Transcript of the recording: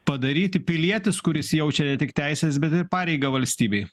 padaryti pilietis kuris jaučia ne tik teises bet ir pareigą valstybei